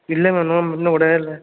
இல்லை ma'am no ma'am இன்னும் விடவேல்ல